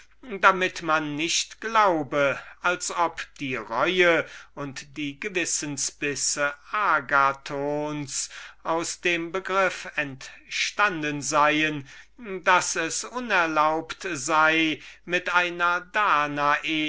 damit man nicht glaube als ob die reue und die gewissens bisse unsers agathon aus dem begriff entstanden daß es unrecht sei mit einer danae